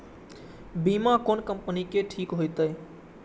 बीमा कोन कम्पनी के ठीक होते?